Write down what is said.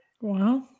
Wow